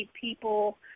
people